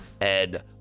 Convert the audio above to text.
Ed